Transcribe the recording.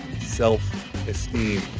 self-esteem